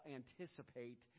anticipate